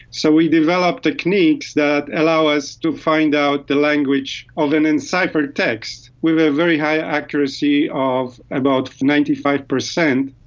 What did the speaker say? so we developed techniques that allow us to find out the language of an enciphered text, with a very high accuracy of about ninety five percent,